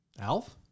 Alf